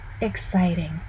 exciting